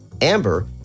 Amber